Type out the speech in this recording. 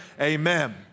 amen